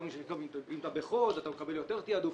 אתה מקבל יותר תעדוף,